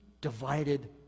divided